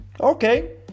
Okay